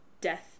death